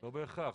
--- לא בהכרח,